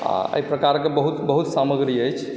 आओर एहि प्रकारके बहुत बहुत सामग्री अछि